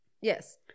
Yes